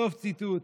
סוף ציטוט.